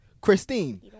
Christine